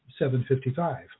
755